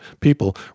people